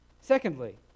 Secondly